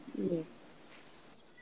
Yes